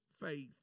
faith